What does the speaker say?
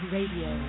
Radio